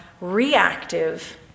reactive